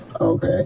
Okay